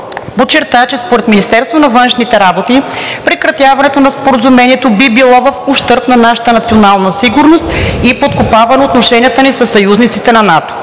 подчерта, че според Министерството на външните работи прекратяването на Споразумението би било в ущърб на нашата национална сигурност и подкопава отношенията ни със съюзниците от НАТО.